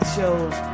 shows